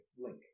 Link